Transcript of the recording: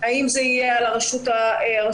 האם זה יהיה על הרשות המקומית,